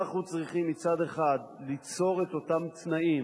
אנחנו צריכים מצד אחד ליצור את אותם תנאים